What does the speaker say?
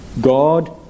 God